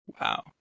Wow